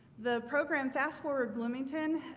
the program fast forward bloomington